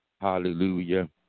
Hallelujah